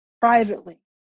privately